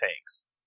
tanks